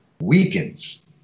weakens